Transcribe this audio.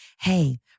hey